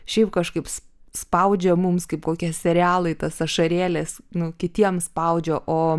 šiaip kažkaip spaudžia mums kaip kokie serialai tas ašarėles nu kitiems spaudžia o